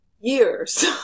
years